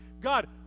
God